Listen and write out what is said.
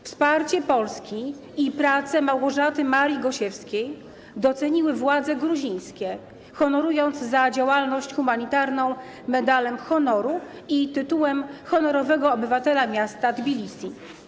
Wsparcie Polski i pracę Małgorzaty Marii Gosiewskiej doceniły władze gruzińskie, honorując ją za działalność humanitarną Medalem Honoru i tytułem Honorowego Obywatela Miasta Tbilisi.